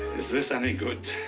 is this any good?